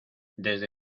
desde